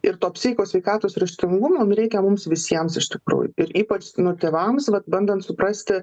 ir to psichikos sveikatos raštingumo nu reikia mums visiems iš tikrųjų ir ypač nu tėvams vat bandant suprasti